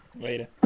Later